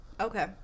Okay